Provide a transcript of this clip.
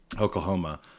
Oklahoma